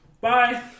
bye